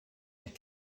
but